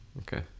Okay